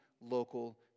local